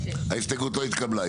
0 ההסתייגות לא התקבלה.